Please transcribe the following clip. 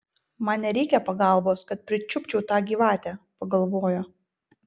man nereikia pagalbos kad pričiupčiau tą gyvatę pagalvojo